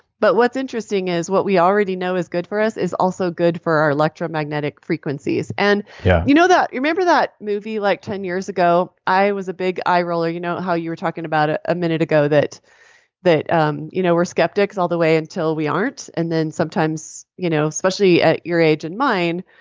but what's interesting is, what we already know is good for us is also good for our electromagnetic frequencies. and yeah you know remember that movie like ten years ago, i was a big eye-roller, you know how you were talking about it a minute ago that that um you know we're skeptics all the way until we aren't, and then sometimes, you know especially at your age and mine,